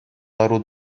лару